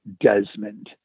Desmond